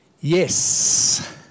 Yes